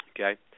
Okay